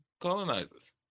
colonizers